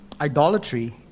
idolatry